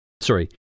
Sorry